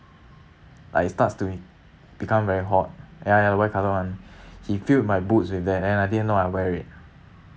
like it starts to be become very hot ya ya the white colour [one] he filled my boots with that and I didn't know I wear it